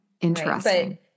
interesting